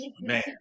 man